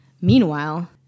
Meanwhile